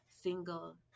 single